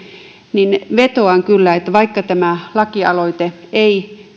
niin vetoan kyllä että vaikka tämä lakialoite ei